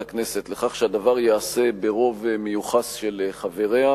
הכנסת לכך שהדבר ייעשה ברוב מיוחס של חבריה,